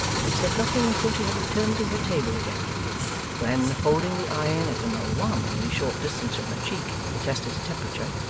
but said nothing until she had returned to her table again when, holding the iron at an alarmingly short distance from her cheek, to test its temperature,